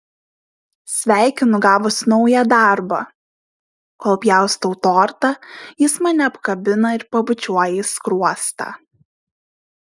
sveikinu gavus naują darbą kol pjaustau tortą jis mane apkabina ir pabučiuoja į skruostą